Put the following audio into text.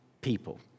people